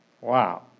Wow